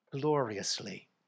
gloriously